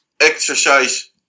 exercise